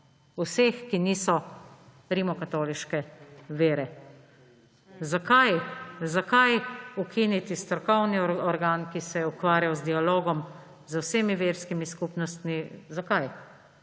vseh, ki niso rimokatoliške vere. Zakaj ukiniti strokovni organ, ki se je ukvarjal z dialogom z vsemi verskimi skupnostmi? Zakaj?